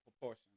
proportion